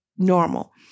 Normal